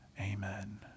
Amen